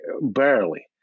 barely